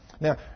Now